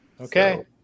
Okay